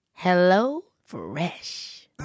HelloFresh